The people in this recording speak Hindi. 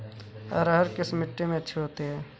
अरहर किस मिट्टी में अच्छी होती है?